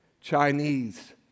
Chinese